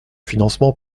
financement